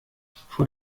vor